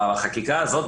בחקיקה הזאת,